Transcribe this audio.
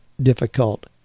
difficult